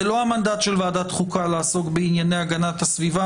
זה לא המנדט של ועדת החוקה לעסוק בענייני הגנת הסביבה,